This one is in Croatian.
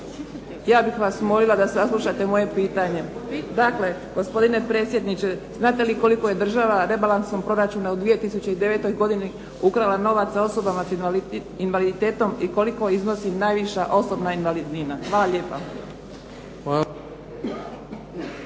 ja bih vas molila da saslušate moje pitanje. Dakle, gospodine predsjedniče znate li koliko je država rebalansom proračuna u 2009. godini ukrala novaca osobama s invaliditetom i koliko iznosi najviša osobna invalidnina? Hvala lijepa.